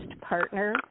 partner